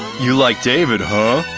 you like david, huh?